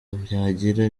byagira